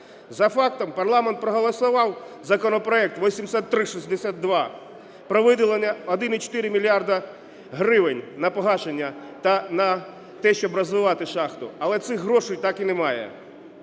За фактом парламент проголосував законопроект 8362 про виділення 1,4 мільярда гривень на погашення та на те, щоб розвивати шахту, але цих грошей так і немає.